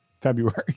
February